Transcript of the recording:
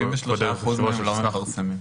73 אחוזים מהם לא מפרסמים.